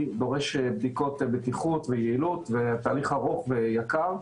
דורש בדיקות בטיחות ויעילות ותאריך ארוך ויקר.